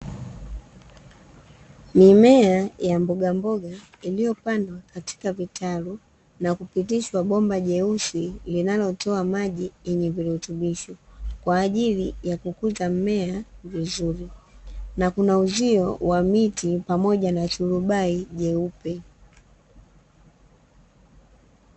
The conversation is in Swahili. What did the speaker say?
Mimea ya mbogamboga, iliyopandwa katika vitalu na kupitishwa bomba jeusi, linalopitisha maji yenye virutubisho kwa ajili ya kukuza mimea vizuri na kuna uzio wa miti pamoja na turubai nyeupe.